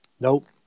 Nope